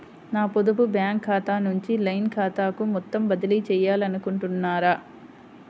నా పొదుపు బ్యాంకు ఖాతా నుంచి లైన్ ఖాతాకు మొత్తం బదిలీ చేయాలనుకుంటున్నారా?